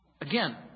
again